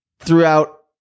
Throughout